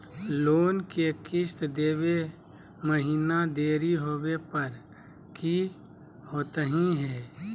Loan के किस्त देवे महिना देरी होवे पर की होतही हे?